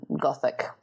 Gothic